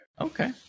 okay